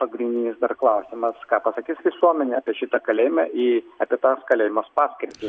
pagrindinis dar klausimas ką pasakys visuomenė apie šitą kalėjime į apie tas kalėjimas paskirtį